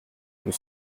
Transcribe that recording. nous